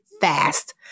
fast